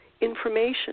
information